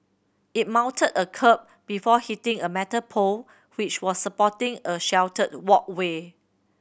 it mounted a kerb before hitting a metal pole which was supporting a sheltered walkway